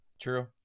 true